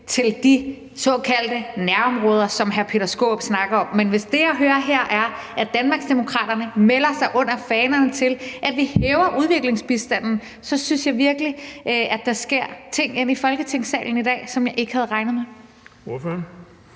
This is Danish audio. til de såkaldte nærområder, som hr. Peter Skaarup snakker om. Men hvis det, jeg hører her, er, at Danmarksdemokraterne melder sig under fanerne til, at vi hæver udviklingsbistanden, sker der virkelig ting inde i Folketingssalen i dag, som jeg ikke havde regnet med.